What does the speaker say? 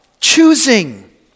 choosing